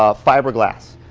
ah fiberglass.